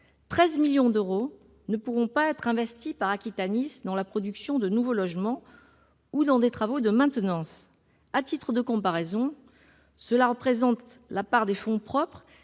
13 millions d'euros ne pourront pas être investis par Aquitanis dans la production de nouveaux logements ou dans des travaux de maintenance. À titre de comparaison, cela représente la part des fonds propres